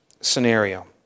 scenario